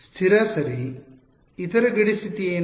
ಸ್ಥಿರ ಸರಿ U ಸ್ಥಿರ ಸರಿ ಇತರ ಗಡಿ ಸ್ಥಿತಿ ಏನು